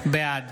בעד